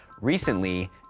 Recently